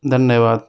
धन्यवाद